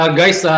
guys